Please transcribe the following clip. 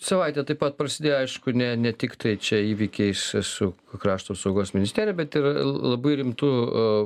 savaitę taip pat prasidėjo aišku ne ne tiktai čia įvykiai su krašto apsaugos ministerija bet ir labai rimtu